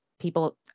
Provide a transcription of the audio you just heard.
people